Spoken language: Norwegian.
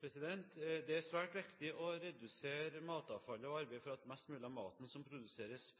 Det er svært viktig å redusere matavfallet og arbeide for at mest mulig av maten som produseres,